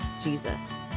Jesus